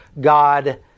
God